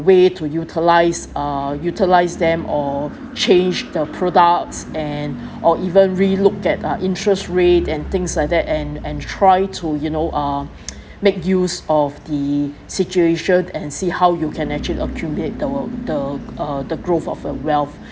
way to utilise uh utilise them or change the products and or even re look at uh interest rate and things like that and and try to you know uh make use of the situation and see how you can actually accumulate the wea~ the uh the growth of a wealth